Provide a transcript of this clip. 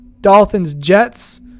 Dolphins-Jets